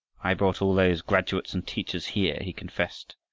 i brought all those graduates and teachers here, he confessed,